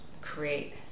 create